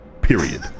period